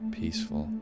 peaceful